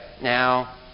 now